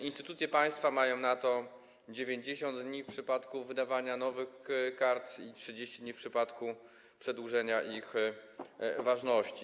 Instytucje państwa mają na to 90 dni w przypadku wydawania nowych kart i 30 dni w przypadku przedłużenia ich ważności.